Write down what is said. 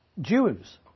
Jews